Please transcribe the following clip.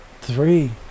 Three